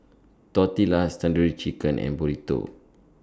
Tortillas Tandoori Chicken and Burrito